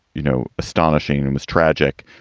you know, astonishing and was tragic